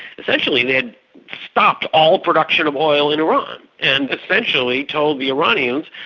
essentially they had stopped all production of oil in iran and essentially told the iranians,